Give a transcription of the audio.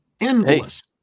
Endless